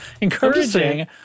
encouraging